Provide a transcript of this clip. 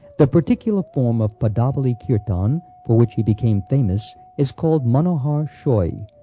the particular form of padavali kirtan for which he became famous is called manohar shoy,